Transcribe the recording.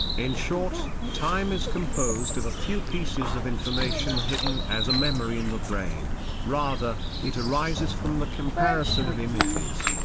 in short, time is composed of a few pieces of information hidden as a memory in the brain rather, it arises from the comparison of images.